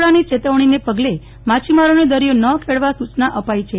વાવાઝોડાની ચેતવણી ને પગલે માછીમારોને દરિયો ન ખેડવા સુચના અપાઈ છે